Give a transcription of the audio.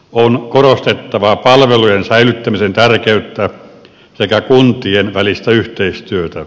on korostettava palvelujen säilyttämisen tärkeyttä sekä kuntien välistä yhteistyötä